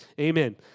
amen